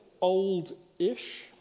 old-ish